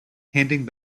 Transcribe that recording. handing